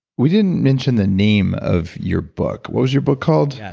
we didn't mention the name of your book. what was your book called? yes,